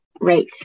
right